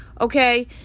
okay